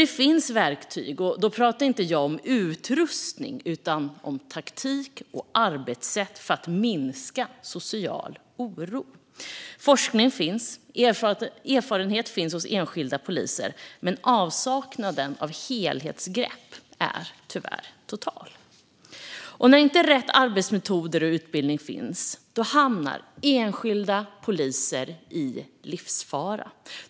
Det finns nämligen verktyg - då talar jag inte om utrustning utan om taktik och arbetssätt - för att minska social oro. Forskningen finns, och erfarenheten finns hos enskilda poliser. Men avsaknaden av ett helhetsgrepp är tyvärr total. När rätt arbetsmetoder och utbildning inte finns hamnar enskilda poliser i livsfara.